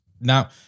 Now